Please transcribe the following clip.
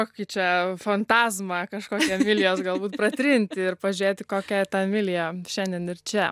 kokį čia fantazmą kažkokią emilijos galbūt pratrinti ir pažiūrėti kokia ta emilija šiandien ir čia